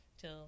till